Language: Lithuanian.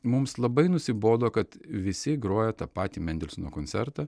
mums labai nusibodo kad visi groja tą patį mendelsono koncertą